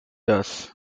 thus